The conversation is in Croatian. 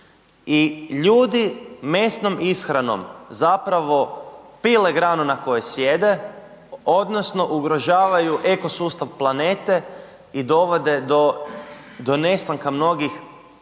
I ljudi mesnom ishranom zapravo pile granu na kojoj sjede odnosno ugrožavaju eko sustav planete i dovode do nestanka mnogih